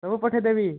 ସବୁ ପଠାଇଦେବି